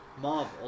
Marvel